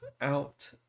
out